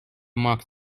mark